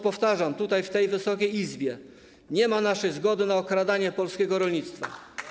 Powtarzam tutaj: W tej Wysokiej Izbie nie ma naszej zgody na okradanie polskiego rolnictwa.